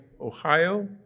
Ohio